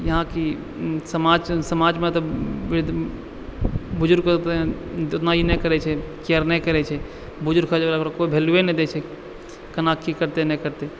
यहाँके समाजमे तऽ वृद्ध बुजुर्गके ओतना ई नहि करै छै केयर नहि करै छै बुजुर्ग होइ गेलाके बाद कोइ वैल्यूए नहि दै छै कोना की करतै नहि करतै